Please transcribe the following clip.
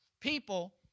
people